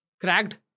cracked